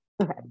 Okay